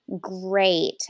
great